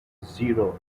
zero